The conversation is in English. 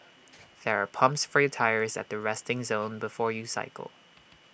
there are pumps for your tyres at the resting zone before you cycle